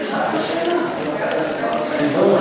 שלוש